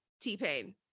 T-Pain